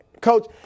Coach –